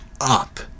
up